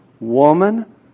Woman